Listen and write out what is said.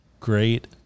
Great